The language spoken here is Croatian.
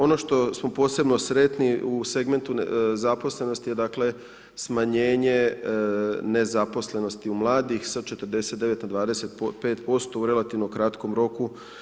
Ono što smo posebno sretni u segmentu zaposlenosti je dakle smanjenje nezaposlenosti u mladih sa 49 na 25% u relativno kratkom roku.